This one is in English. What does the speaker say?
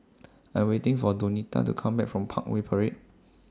I Am waiting For Donita to Come Back from Parkway Parade